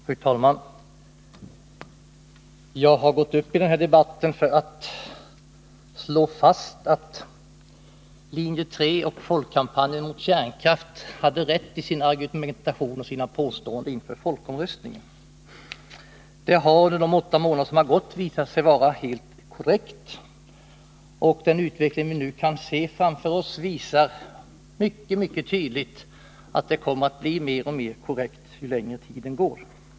Fru talman! Jag har gått upp i den här debatten för att slå fast att linje 3 och folkkampanjen mot kärnkraft hade rätt i sin argumentation och i sina påståenden i samband med folkomröstningen. Linje 3:s argumentation har under de åtta månader som gått sedan folkomröstningen genomfördes visat sig vara helt korrekt, och den utveckling vi kan se framför oss visar mycket tydligt att detta kommer att framstå allt klarare ju längre tiden går.